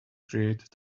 create